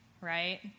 right